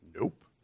nope